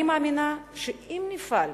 אני מאמינה שאם נפעל,